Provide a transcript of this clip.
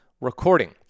recording